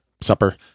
supper